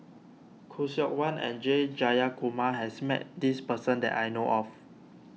Khoo Seok Wan and S Jayakumar has met this person that I know of